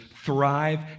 thrive